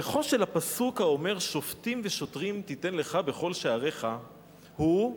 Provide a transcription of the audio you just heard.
ציטוט: "המשכו של הפסוק האומר 'שפטים ושטרים תתן לך בכל שעריך' הוא: